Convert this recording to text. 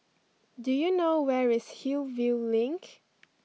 do you know where is Hillview Link